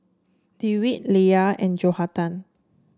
Dewitt Leia and Johathan